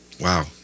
Wow